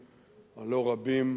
הלא-רבים,